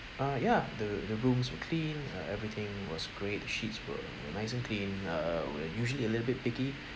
uh ya the the rooms were clean uh everything was great the sheets were were nice and clean err we're usually a little bit picky